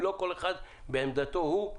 אם לא, כל אחד בעמדתו הוא.